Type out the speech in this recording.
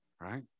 right